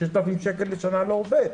6,000 שקל בשנה לעובד,